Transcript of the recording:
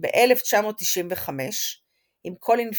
ב־1995 עם קולין פירת'